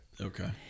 Okay